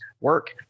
work